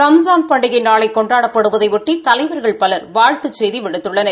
ரம்ஸான் பண்டிகை நாளை கொண்டாடப்படுவதையொட்டி தலைவர்கள் பலர் வாழ்த்துச் செய்தி விடுத்துள்ளனர்